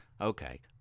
Okay